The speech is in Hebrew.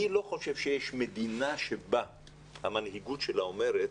אני לא חושב שיש מדינה שבה המנהיגות שלה אומרת